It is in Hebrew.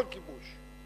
כל כיבוש.